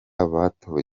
batowe